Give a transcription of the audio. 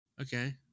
Okay